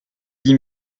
dix